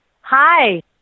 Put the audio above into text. hi